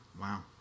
Wow